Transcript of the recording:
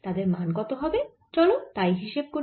তাদের মান কত হবে চল তাই হিসেব করি